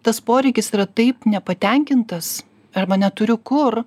tas poreikis yra taip nepatenkintas arba neturiu kur